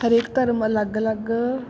ਹਰੇਕ ਧਰਮ ਅਲੱਗ ਅਲੱਗ